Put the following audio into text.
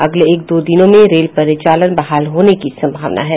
अगले एक दो दिनों में रेल परिचालन बहाल होने की संभावना है